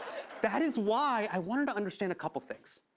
that is why i wanted to understand a couple things.